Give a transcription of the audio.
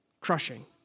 crushing